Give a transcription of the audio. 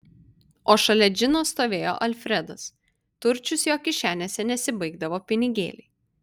o šalia džino stovėjo alfredas turčius jo kišenėse nesibaigdavo pinigėliai